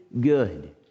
good